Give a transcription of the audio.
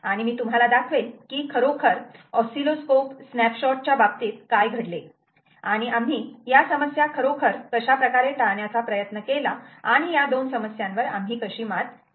आणि मी तुम्हाला दाखवील की खरोखर ऑस्सीलोस्कोप स्नॅपशॉट च्या बाबतीत काय घडले आणि आम्ही या समस्या खरोखर कशाप्रकारे टाळण्याचा प्रयत्न केला आणि या 2 समस्या वर आम्ही कशी मात केली